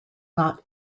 not